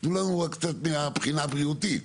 תנו לנו מבחינה בריאותית.